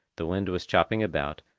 the wind was chopping about,